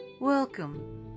Welcome